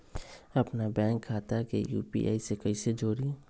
अपना बैंक खाता के यू.पी.आई से कईसे जोड़ी?